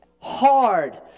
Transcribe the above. hard